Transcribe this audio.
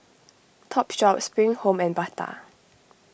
Topshop Spring Home and Bata